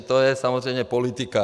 To je samozřejmě politika.